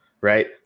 right